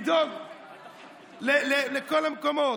לדאוג לכל המקומות.